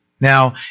Now